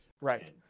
Right